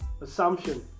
assumption